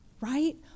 right